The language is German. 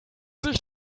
sich